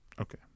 Okay